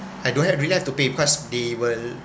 I don't ha~ really have to be pay because they will